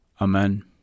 Amen